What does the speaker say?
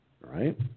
Right